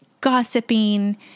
gossiping